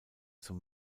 zum